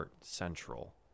Central